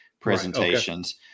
presentations